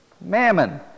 mammon